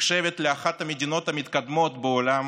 נחשבת אחת המדינות המתקדמות בעולם